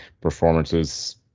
performances